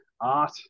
art